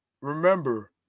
remember